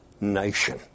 nation